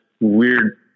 weird